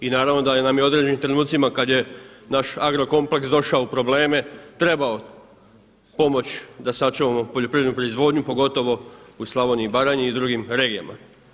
I naravno da nam je u određenim trenutcima kada je naš Agrokompleks došao u probleme trebao pomoć da sačuvamo poljoprivrednu proizvodnju pogotovo u Slavoniji i Baranji i drugim regijama.